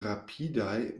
rapidaj